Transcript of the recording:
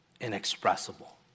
inexpressible